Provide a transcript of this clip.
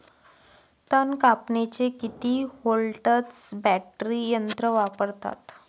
तन कापनीले किती व्होल्टचं बॅटरी यंत्र वापरतात?